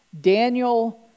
Daniel